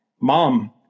mom